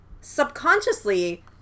subconsciously